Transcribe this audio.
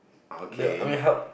okay